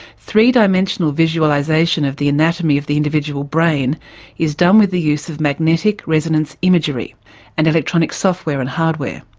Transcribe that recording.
three-dimensional visualisation of the anatomy of the individual brain is done with the use of magnetic resonance imagery and electronic software and hardware.